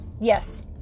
yes